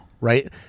right